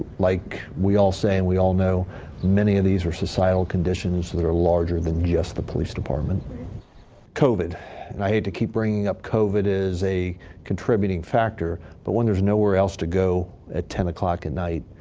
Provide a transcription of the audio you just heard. like we all saying. we all know many of these were societal conditions that are larger than just the police department co vid and i hate to keep bringing up cove. it is a contributing factor, but when there's nowhere else to go at ten o'clock at night,